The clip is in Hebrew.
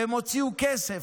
והם הוציאו כסף,